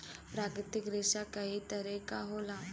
प्राकृतिक रेसा कई तरे क होला